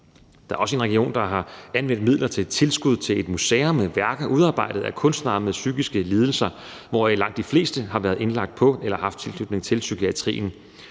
Der er også en region, der har anvendt midler til at give tilskud til et museum med værker udarbejdet af kunstnere med psykiske lidelser, hvoraf langt de fleste har været indlagt på en psykiatrisk